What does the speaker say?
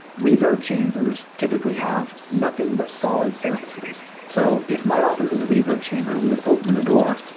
reverb chambers typically have nothing but solid surfaces. so if my office was a reverb chamber, we would open the door,